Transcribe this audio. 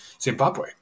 Zimbabwe